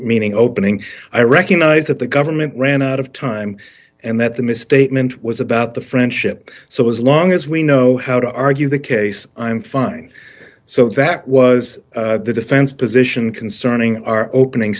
meaning opening i recognize that the government ran out of time and that the misstatement was about the friendship so as long as we know how to argue the case i'm fine so that was the defense position concerning our opening